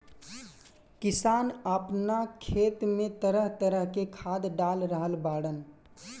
किसान आपना खेत में तरह तरह के खाद डाल रहल बाड़न